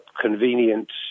convenient